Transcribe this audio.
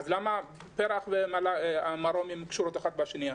אז למה פר"ח ומרום קשורים אחד בשני?